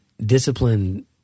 discipline